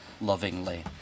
lovingly